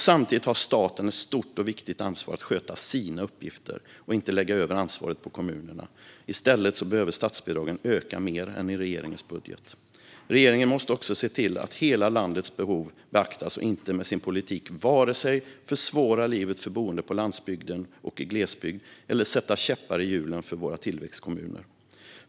Samtidigt har staten ett stort och viktigt ansvar att sköta sina uppgifter och inte lägga över ansvaret på kommunerna. I stället behöver statsbidragen öka mer än i regeringens budget. Regeringen måste också se till att hela landets behov beaktas och inte med sin politik vare sig försvåra livet för boende på landsbygden och i glesbygd eller sätta käppar i hjulen för våra tillväxtkommuner.